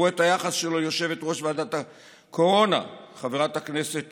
רואה את היחס שלו ליושבת-ראש ועדת הקורונה חברת הכנסת